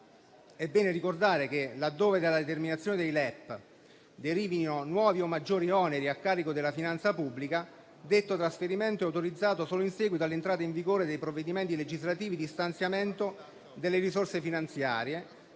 è bene ricordare che, laddove dalla loro determinazione derivino nuovi o maggiori oneri a carico della finanza pubblica, detto trasferimento è autorizzato solo in seguito all'entrata in vigore dei provvedimenti legislativi di stanziamento delle risorse finanziarie,